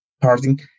Parting